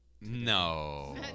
No